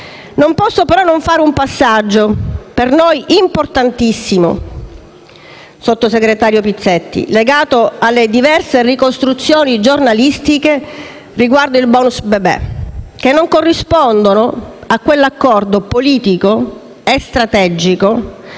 non posso non fare un passaggio per noi importantissimo, legato alle diverse ricostruzioni giornalistiche riguardo il *bonus* bebè, che non corrispondono a quell'accordo politico e strategico